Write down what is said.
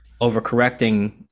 overcorrecting